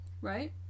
Right